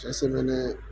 جیسے میں نے